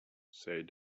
said